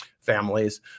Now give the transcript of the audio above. families